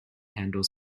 handle